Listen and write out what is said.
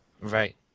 Right